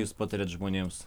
jūs patariat žmonėms